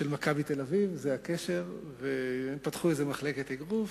של "מכבי תל-אביב" זה הקשר, שפתחו מחלקת אגרוף.